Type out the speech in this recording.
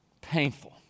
painful